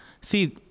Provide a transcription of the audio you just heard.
See